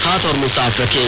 हाथ और मुंह साफ रखें